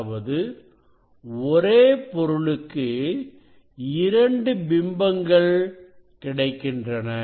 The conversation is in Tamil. அதாவது ஒரே பொருளுக்கு இரண்டு பிம்பங்கள் கிடைக்கின்றன